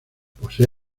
posee